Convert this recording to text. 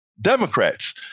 Democrats